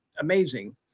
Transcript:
amazing